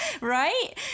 Right